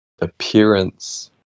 appearance